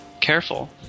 careful